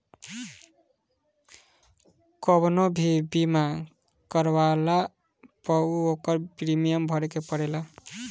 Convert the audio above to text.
कवनो भी बीमा करवला पअ ओकर प्रीमियम भरे के पड़ेला